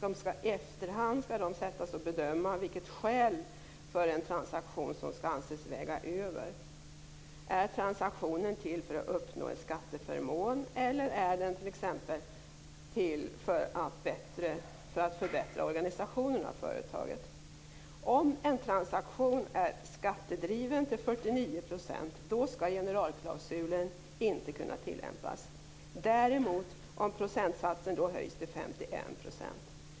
I efterhand skall man bedöma vilket skäl för en transaktion som skall anses väga över: Är transaktionen till för att uppnå för en skatteförmån eller är den t.ex. till för att förbättra organisationen av företaget? Om en transaktion är skattedriven till 49 % skall generalklausulen inte kunna tillämpas, däremot om procentsatsen är 51 %.